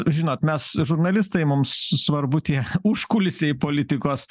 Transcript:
žinot mes žurnalistai mums svarbu tie užkulisiai politikos